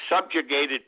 subjugated